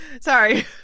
Sorry